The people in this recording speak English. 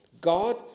God